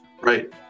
Right